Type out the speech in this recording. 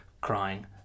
crying